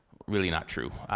really not true.